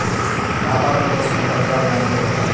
వ్యాపారం కోసం ఏ పత్రాలు బ్యాంక్లో పెట్టాలి?